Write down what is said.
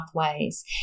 pathways